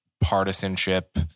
partisanship